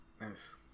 Nice